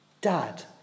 Dad